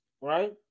right